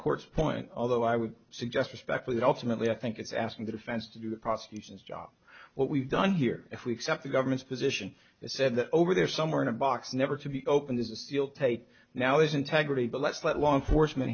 court's point although i would suggest respectfully that ultimately i think it's asking the defense to do the prosecution's job what we've done here if we accept the government's position that said that over there somewhere in a box never to be opened is a sealed take now is integrity but let's let law enforcement